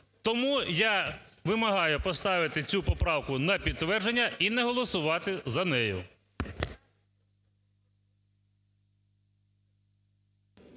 Тому я вимагаю поставити цю поправку на підтвердження і не голосувати за неї.